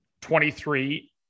23